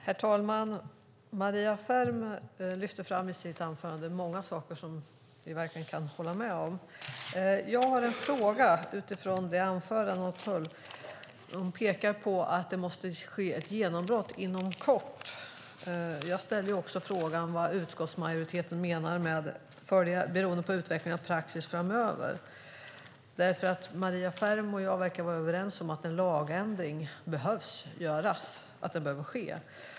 Herr talman! Maria Ferm lyfte i sitt anförande fram många saker som vi verkligen kan hålla med om. Jag har en fråga utifrån hennes anförande. Hon pekar på att det måste ske ett genombrott inom kort. Jag undrar också vad utskottsmajoriteten menar med "beroende på utvecklingen av praxis framöver". Maria Ferm och jag verkar vara överens om att en lagändring behöver göras.